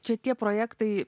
čia tie projektai